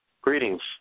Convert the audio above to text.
Greetings